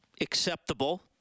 acceptable